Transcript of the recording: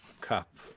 Cup